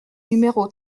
numéro